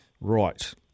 Right